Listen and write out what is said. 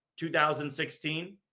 2016